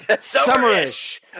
Summer-ish